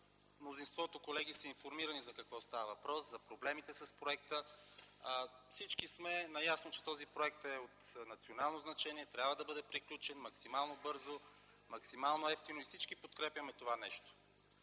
мнозинството колеги са информирани за какво става въпрос, за проблемите с проекта. Всички сме наясно, че този проект е от национално значение, че трябва да бъде приключен максимално бързо, максимално евтино. Всички подкрепяме това нещо.